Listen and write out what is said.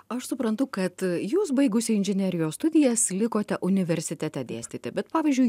aš suprantu kad jūs baigusi inžinerijos studijas likote universitete dėstyti bet pavyzdžiui